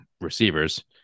receivers